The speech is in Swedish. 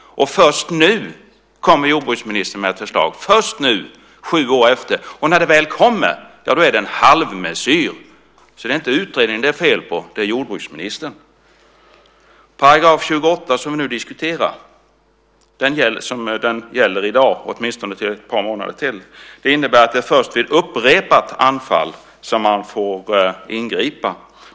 Och först nu kommer jordbruksministern med ett förslag - först nu, sju år efteråt. Och när det väl kommer är det en halvmesyr. Så det är inte utredningen det är fel på. Det är jordbruksministern. § 28 som vi nu diskuterar - den gäller i dag och åtminstone ett par månader till - innebär att det först är vid upprepat anfall som man får ingripa.